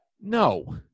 No